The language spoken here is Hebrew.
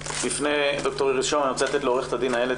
לפני ד"ר איריס שהם אני רוצה לתת את רשות הדיבור לד"ר איילת